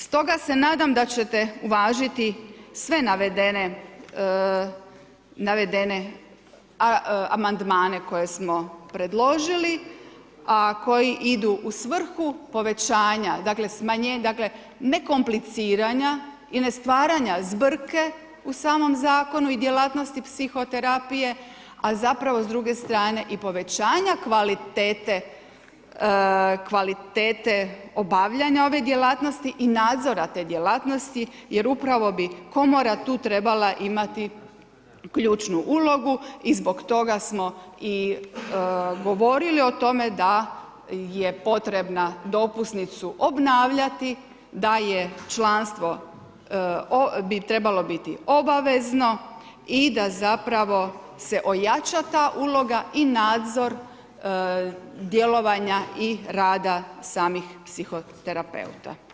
Stoga se nadam da ćete uvažiti sve navedene amandmane koje smo preložili, a koji idu u svrhu povećanja, dakle, nekomplicirana i ne stvaranja zbrke u samom zakonu i djelatnosti psihoterapije a zapravo s druge strane i povećanja kvalitete obavljanja ove djelatnosti i nadzora te djelatnosti, jer upravo bi komora tu trebala imati ključnu ulogu i zbog toga smo i govorili o tome da je potrebna dopusnicu obnavljati, da je članstvo, bi trebalo biti obavezno i da zapravo se ojača ta uloga i nadzor djelovanja i rada samih psihoterapeuta.